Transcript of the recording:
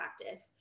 practice